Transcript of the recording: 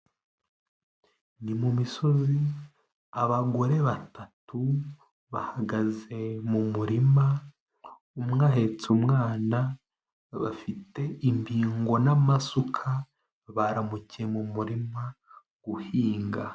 Ni mu misozi, abagore batatu bahagaze mu murima, umwe ahetse umwana, bafite imbingo n'amasuka, baramukiye mu murima guhinga.